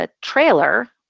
trailer